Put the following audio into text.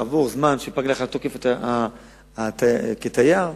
וכעבור זמן, כשפג תוקף האשרה כתייר,